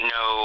no